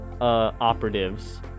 operatives